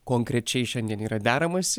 konkrečiai šiandien yra deramasi